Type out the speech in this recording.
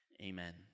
amen